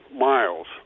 miles